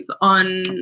on